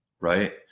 right